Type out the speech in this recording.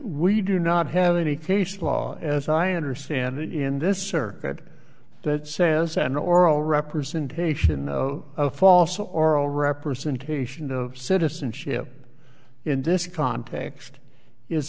we do not have any case law as i understand it in this circuit that says an oral representation of a false oral representation of citizenship in this context is